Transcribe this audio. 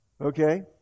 Okay